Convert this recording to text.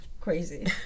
Crazy